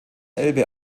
elbe